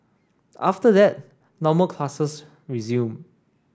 after that normal classes resumed